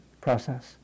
process